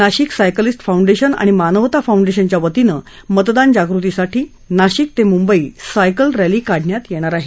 Nashik cyclist foundation आणि मानवता फाऊंडेशनच्या वतीनं मतदान जागृतीसाठी नाशिक ते मुंबई सायकल रस्ती काढण्यात येणार आहे